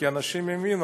כי אנשים האמינו,